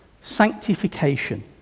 Sanctification